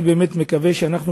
אני באמת מקווה שאנחנו,